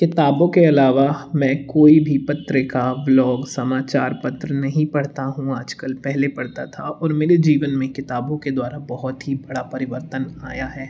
किताबों के अलावा मैं कोई भी पत्रिका ब्लॉग समाचार पत्र नहीं पढ़ता हूँ आज कल पहले पढ़ता था और मेरे जीवन में किताबों के द्वारा बहुत ही बड़ा परिवर्तन आया है